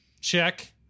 check